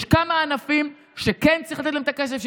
יש כמה ענפים שכן צריך לתת להם את הכסף,